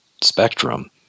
spectrum